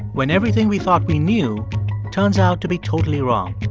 when everything we thought we knew turns out to be totally wrong.